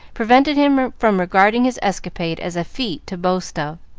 prevented him from regarding his escapade as a feat to boast of.